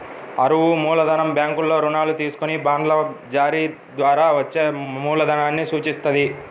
అరువు మూలధనం బ్యాంకుల్లో రుణాలు తీసుకొని బాండ్ల జారీ ద్వారా వచ్చే మూలధనాన్ని సూచిత్తది